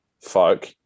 folk